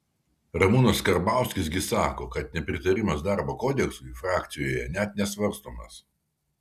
ramūnas karbauskis gi sako kad nepritarimas darbo kodeksui frakcijoje net nesvarstomas